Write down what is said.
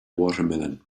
watermelon